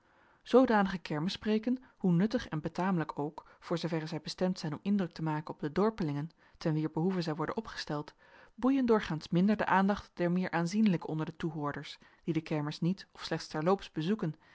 zoodanige kermispreeken hoe nuttig en betamelijk ook voor zooverre zij bestemd zijn om indruk te maken op de dorpelingen ten wier behoeve zij worden opgesteld boeien doorgaans minder de aandacht der meer aanzienlijken onder de toehoorders die de kermis niet of slechts terloops bezoeken